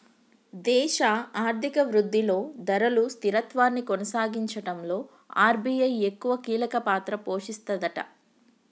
దేశ ఆర్థిక అభివృద్ధిలో ధరలు స్థిరత్వాన్ని కొనసాగించడంలో ఆర్.బి.ఐ ఎక్కువ కీలక పాత్ర పోషిస్తదట